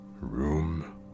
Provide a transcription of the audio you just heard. Room